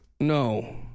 No